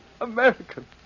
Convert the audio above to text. American